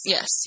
Yes